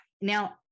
Now